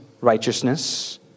righteousness